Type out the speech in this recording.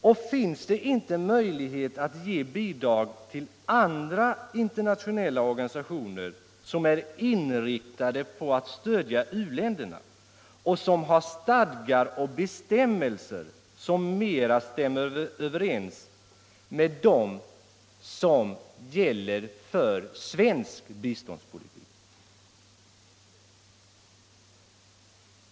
Och finns det inte möjlighet att ge bidrag till andra internationella organisationer som är inriktade på att stödja u-länderna och som har stadgar och bestämmelser som mera stämmer överens med dem som gäller för svensk biståndspolitik?